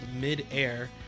mid-air